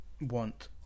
want